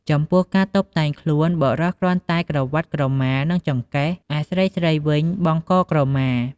ចំពោះការតុបតែងខ្លួន បុរសគ្រាន់តែក្រវាត់ក្រមានឹងចង្កេះ ឯស្រីៗវិញបង់កក្រមា ។